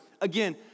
again